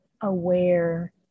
aware